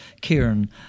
Kieran